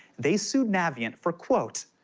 they sued navient for quote,